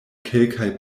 kelkaj